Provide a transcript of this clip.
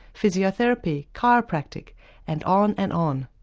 physiotherapy, chiropractic and on and on.